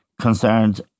concerned